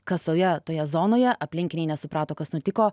kasoje toje zonoje aplinkiniai nesuprato kas nutiko